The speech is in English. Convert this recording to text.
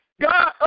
God